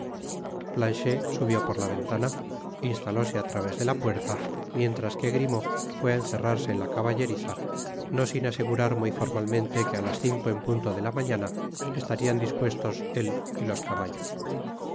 planchet subió por la ventana instalóse á través de la puerta mientras que grimaud fué á encerrarse en la caballeriza no sin asegurar muy formalmente que á las cinco en punto de la mañana estarían dispuestos él y los caballos la